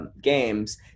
games